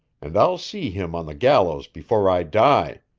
and i'll see him on the gallows before i die.